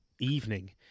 evening